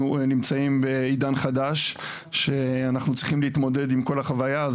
נמצאים בעידן חדש שאנחנו צריכים להתמודד עם כל החוויה אז